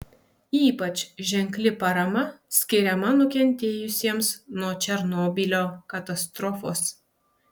ypač ženkli parama skiriama nukentėjusiems nuo černobylio katastrofos